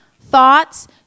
thoughts